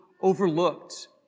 overlooked